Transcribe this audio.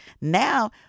now